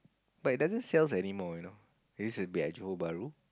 but it doesn't sells anymore you know it used to be at Johor-Bahru